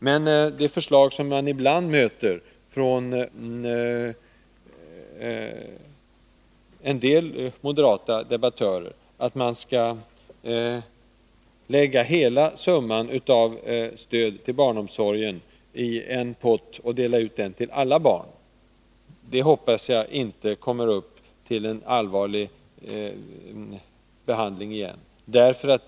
Men det förslag som vi ibland möter från en del moderata debattörer, att man skall lägga hela summan av stöd till barnomsorgen en pott och dela ut den till alla barn, hoppas jag inte kommer upp till en allvarlig behandling igen.